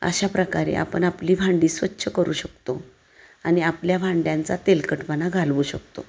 अशा प्रकारे आपण आपली भांडी स्वच्छ करू शकतो आणि आपल्या भांड्यांचा तेलकटपणा घालवू शकतो